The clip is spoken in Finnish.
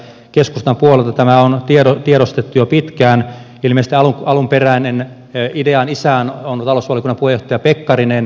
keskustan puolelta tämä on tiedostettu jo pitkään ilmeisesti alkuperäinen idean isä on talousvaliokunnan puheenjohtaja pekkarinen